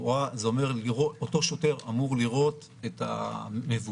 זאת אומרת, אותו שוטר אמור לראות את המבודד,